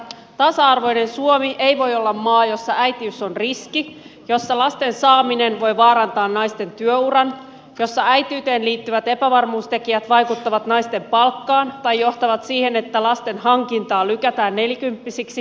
tasa arvoinen suomi ei voi olla maa jossa äitiys on riski jossa lasten saaminen voi vaarantaa naisten työuran jossa äitiyteen liittyvät epävarmuustekijät vaikuttavat naisten palkkaan tai johtavat siihen että lasten hankintaa lykätään nelikymppisiksi